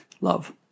Love